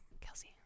kelsey